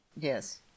Yes